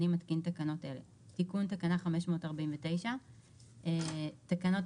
אני מתקין תקנות אלה: תיקון תקנה 549 1. בתקנות